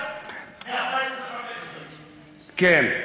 מ-2014 2015. כן.